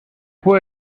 fue